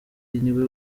niwe